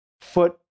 foot